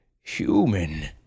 Human